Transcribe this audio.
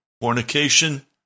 fornication